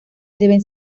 deben